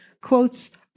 Quotes